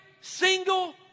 single